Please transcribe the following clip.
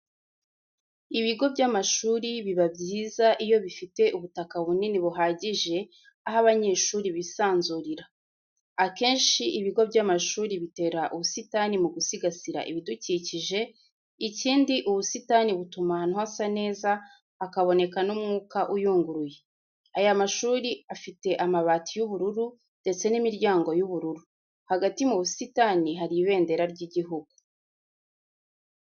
Ibigo by'amashuri biba byiza iyo bifite ubutaka bunini buhagije, aho abanyeshuri bisanzurira. Akenshi ibigo by'amashuri bitera ubusitani mu gusigasira ibidukikije, ikindi ubusitani butuma ahantu hasa neza hakaboneka n'umwuka uyunguruye. Aya mashuri afite amabati y'ubururu ndetse n'imiryango y'ubururu. Hagati mu busitani hari ibendera ry'igihugu.